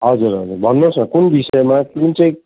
हजुर हजुर भन्नुहोस् न कुन विषयमा कुन चाहिँ